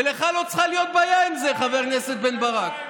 ולך לא צריכה להיות בעיה עם זה, חבר הכנסת בן ברק.